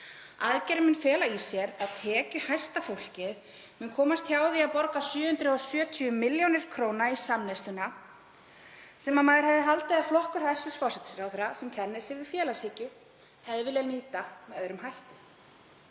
Aðgerðin mun fela í sér að tekjuhæsta fólkið mun komast hjá því að borga 770 millj. kr. í samneysluna sem maður hefði haldið að flokkur hæstv. forsætisráðherra, sem kennir sig við félagshyggju, hefði viljað nýta með öðrum hætti.